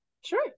Sure